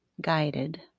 guided